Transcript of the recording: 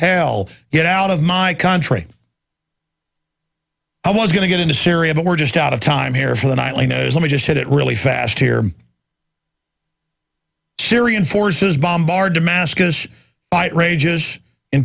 hell get out of my country i was going to get into syria but we're just out of time here for the nightly news let me just hit it really fast here syrian forces bombard damascus rages in